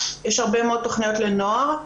יש הרבה מאוד תכניות לנוער,